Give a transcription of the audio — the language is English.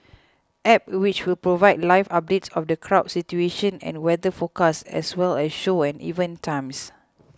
App which will provide live updates of the crowd situation and weather forecast as well as show and event times